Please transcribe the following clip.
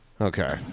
Okay